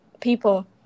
people